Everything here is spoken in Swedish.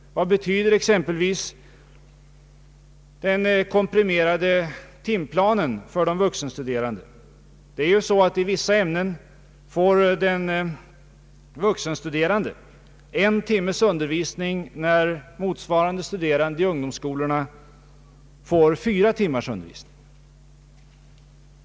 Vad betyder exempelvis den komprimerade timplanen för de vuxenstuderande? I vissa ämnen får den vuxenstuderande en timmes undervisning när motsvarande studerande i ungdomsskolorna får fyra timmars undervisning.